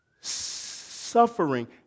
suffering